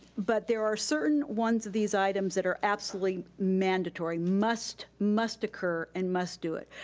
but there are certain ones of these items that are absolutely mandatory, must, must occur and must do it.